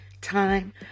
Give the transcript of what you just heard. time